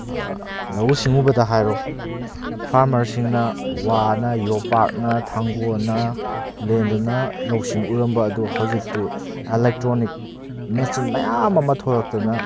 ꯂꯧꯎ ꯁꯤꯡꯉꯨꯕꯗ ꯍꯥꯏꯔꯣ ꯐꯥꯔꯃꯔꯁꯤꯡꯅ ꯋꯥꯅ ꯌꯣꯠꯄꯥꯛꯅ ꯊꯥꯡꯒꯣꯜꯅ ꯂꯦꯟꯗꯨꯅ ꯂꯧꯁꯤꯡ ꯎꯔꯝꯕ ꯑꯗꯣ ꯍꯧꯖꯤꯛꯇꯤ ꯏꯂꯦꯛꯇ꯭ꯔꯣꯅꯤꯛ ꯃꯦꯆꯤꯟ ꯃꯌꯥꯝ ꯑꯃ ꯊꯣꯛꯂꯛꯇꯨꯅ